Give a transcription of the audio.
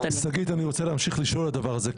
אני רוצה להמשיך לשאול על הדבר הזה,